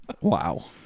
Wow